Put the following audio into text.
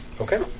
Okay